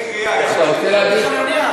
אתה רוצה להגיד?